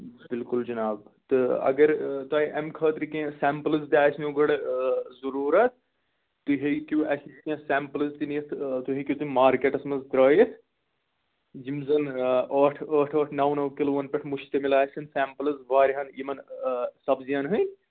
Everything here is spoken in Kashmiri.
بِلکُل جِناب تہٕ اگر تۄہہِ اَمہِ خٲطرٕ کیٚنٛہہ سیمپُلٕز تہِ آسہِ نو گۄڈٕ ضروٗرت تُہۍ ہیٚکِو اَسہِ کیٚنٛہہ سیمپُلٕز تہِ نِتھ تُہۍ ہیٚکِو تِم مارکیٹَس منٛز ترٛٲوِتھ یِم زَن ٲٹھ ٲٹھ ٲٹھ نو نو کِلوَن پٮ۪ٹھ مُشتمِل آسٮ۪ن سیمپٕلٕز واریاہَن یِمَن سبزِیَن ہٕنٛدۍ